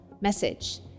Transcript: message